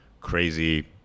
crazy